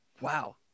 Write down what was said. Wow